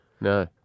No